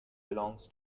belongs